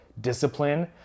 discipline